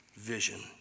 vision